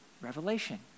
Revelation